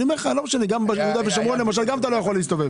למשל גם ביהודה ושומרון אתה לא יכול להסתובב